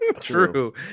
True